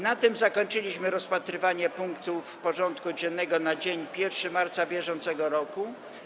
Na tym zakończyliśmy rozpatrywanie punktów porządku dziennego na dzień 1 marca br.